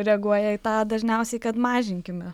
reaguoja į tą dažniausiai kad mažinkime